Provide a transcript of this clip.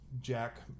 Jack